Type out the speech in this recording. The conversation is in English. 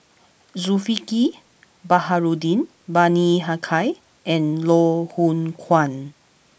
Zulkifli Baharudin Bani Haykal and Loh Hoong Kwan